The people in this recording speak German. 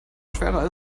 schwerer